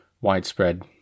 widespread